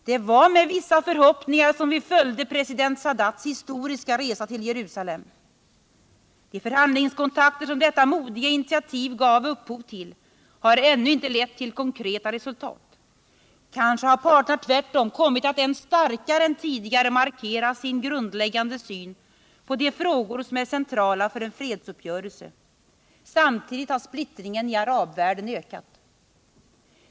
Det var med vissa förhoppningar som vi följde president Sadats historiska resa till Jerusalem. De förhandlingskontakter som detta modiga initiativ gav upphov till har ännu inte lett till konkreta resultat. Kanske har parterna tvärtom kommit att än starkare än tidigare markera sin grundläggande syn på de frågor som är centrala för en fredsuppgörelse. Samtidigt har splittringen i arabvärlden ökat.